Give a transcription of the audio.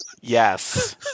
Yes